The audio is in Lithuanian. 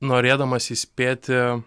norėdamas įspėti